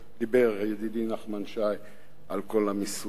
דיבר ידידי נחמן שי על כל המיסוי,